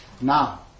now